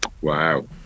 Wow